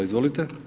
Izvolite.